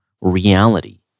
reality